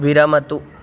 विरमतु